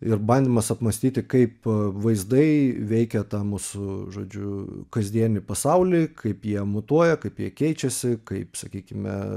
ir bandymas apmąstyti kaip vaizdai veikia tą mūsų žodžiu kasdienį pasaulį kaip jie mutuoja kaip jie keičiasi kaip sakykime